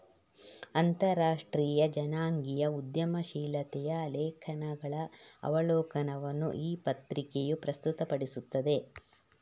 ಅಂತರರಾಷ್ಟ್ರೀಯ ಜನಾಂಗೀಯ ಉದ್ಯಮಶೀಲತೆಯ ಲೇಖನಗಳ ಅವಲೋಕನವನ್ನು ಈ ಪತ್ರಿಕೆಯು ಪ್ರಸ್ತುತಪಡಿಸುತ್ತದೆ